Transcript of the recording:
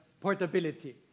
portability